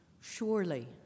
Surely